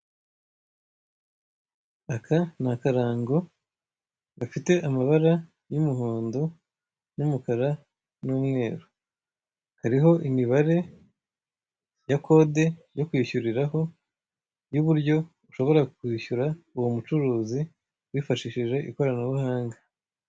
Aka ni akarango gafite amabara y'umuhondo n'umukara n'umweru, kariho imibare ya kode yo kwishyuriraho n'uburyo ushobora kwishyura uwo mucuruzi wifashishije ikoranabuhanga.